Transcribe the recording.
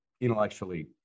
intellectually